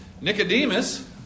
Nicodemus